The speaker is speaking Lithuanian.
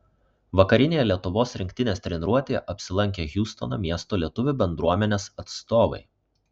vakarinėje lietuvos rinktinės treniruotėje apsilankė hjustono miesto lietuvių bendruomenės atstovai